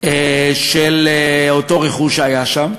של הרכוש שהיה שם,